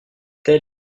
tel